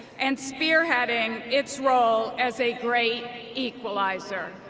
and spearheading its role as a great equalizer.